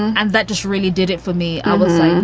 and that just really did it for me. i was